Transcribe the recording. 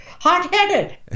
hot-headed